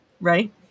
Right